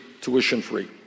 tuition-free